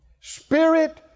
Spirit